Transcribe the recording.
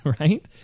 right